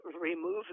remove